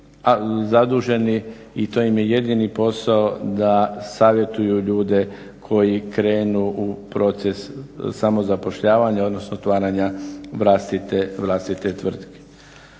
zaduženi i to im je jedini posao da savjetuju ljude koji krenu u proces samozapošljavanja, odnosno otvaranja vlastite tvrtke.